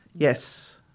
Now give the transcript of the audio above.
Yes